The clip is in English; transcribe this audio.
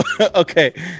okay